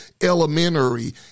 elementary